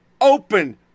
open